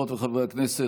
וחברי הכנסת,